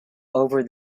over